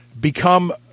become